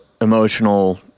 emotional